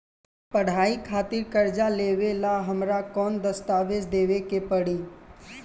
पढ़ाई खातिर कर्जा लेवेला हमरा कौन दस्तावेज़ देवे के पड़ी?